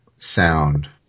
Sound